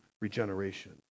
regeneration